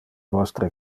vostre